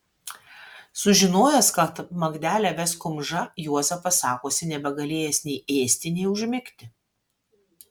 sužinojęs kad magdelę ves kumža juozapas sakosi nebegalėjęs nei ėsti nei užmigti